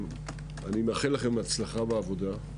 אני מאחל לכם הצלחה בעבודה.